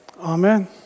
Amen